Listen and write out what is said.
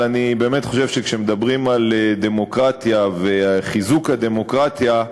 אבל אני באמת חושב שכשמדברים על דמוקרטיה ועל חיזוק הדמוקרטיה,